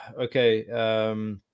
okay